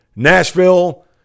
Nashville